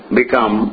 become